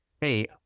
Hey